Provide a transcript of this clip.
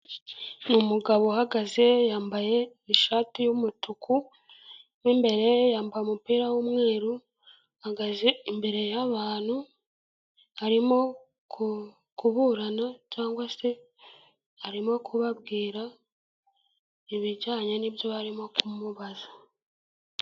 Ni umugabo uhagaze yambaye ishati y'umutuku mwimbere yambaye umupira w'umweru uhagaze imbere y'abantu arimo kuburana cyangwa se arimo kubabwira ibijyanye n'ibyo barimo kumubaza.